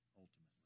ultimately